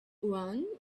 one